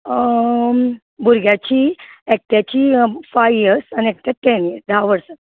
भुरग्याची एकट्याची five years एकटें टेन इयर्स धा वर्सां